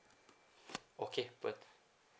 okay but